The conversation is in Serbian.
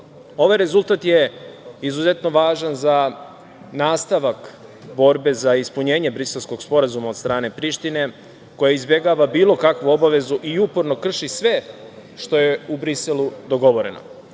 rezultat je izuzetno važan za nastavak borbe za ispunjenje Briselskog sporazuma od strane Prištine koja izbegava bilo kakvu obavezu i uporno krši sve što je u Briselu dogovoreno. Gospodin